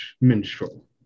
minstrel